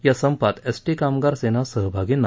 या संपात S T कामगार सेना सहभागी नाही